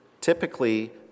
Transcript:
typically